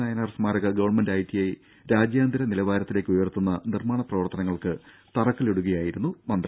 നായനാർ സ്മാരക government ITI രാജ്യാന്തര നിലവാരത്തിലേക്ക് ഉയർത്തുന്ന നിർമ്മാണ പ്രവർത്തനങ്ങൾക്ക് തറക്കല്ലിടുകയായിരുന്നു മന്ത്രി